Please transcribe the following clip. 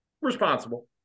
responsible